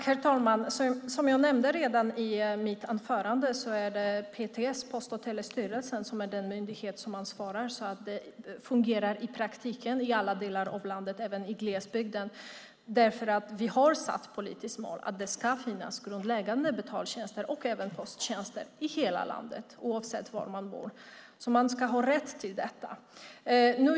Herr talman! Som jag nämnde redan i mitt anförande är PTS, Post och telestyrelsen, den myndighet som ansvarar, så det fungerar i praktiken i alla delar av landet, även i glesbygden. Vi har satt som ett politiskt mål att det ska finnas grundläggande betaltjänster och även posttjänster i hela landet oavsett var man bor. Man ska ha rätt till detta.